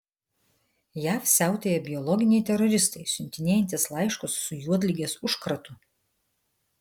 jav siautėja biologiniai teroristai siuntinėjantys laiškus su juodligės užkratu